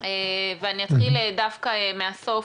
אני אתחיל דווקא מהסוף.